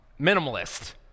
minimalist